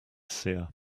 seer